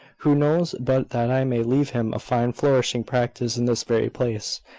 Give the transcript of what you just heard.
who knows but that i may leave him a fine flourishing practice in this very place,